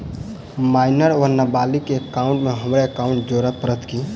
Minor वा नबालिग केँ एकाउंटमे हमरो एकाउन्ट जोड़य पड़त की?